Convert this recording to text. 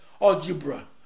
algebra